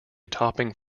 topping